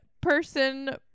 person